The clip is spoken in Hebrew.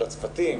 של הצוותים,